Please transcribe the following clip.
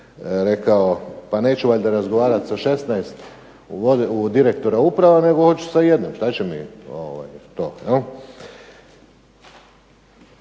rekao pa neću valjda razgovarat sa 16 direktora uprave nego hoću sa jednim, šta će mi to.